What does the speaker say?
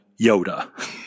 Yoda